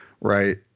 right